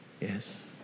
Yes